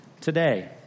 Today